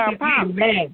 Amen